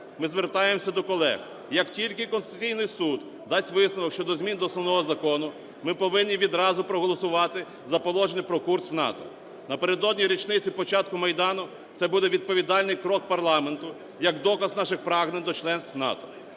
Ми звертаємося до колег, як тільки Конституційний Суд дасть висновок щодо змін до Основного Закону, ми повинні відразу проголосувати за положення про курс в НАТО. Напередодні річниці початку Майдану це буде відповідальний крок парламенту, як доказ наших прагнень до членства в НАТО.